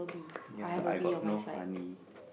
ya I got no honey